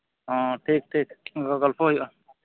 ᱚᱻ ᱴᱷᱤᱠ ᱴᱷᱤᱠ ᱟᱨᱚ ᱜᱚᱯᱷᱚ ᱦᱩᱭᱩᱜᱼᱟ